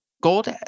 Gold